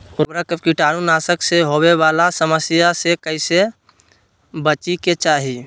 उर्वरक एवं कीटाणु नाशक से होवे वाला समस्या से कैसै बची के चाहि?